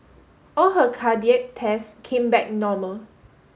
all her cardiac tests came back normal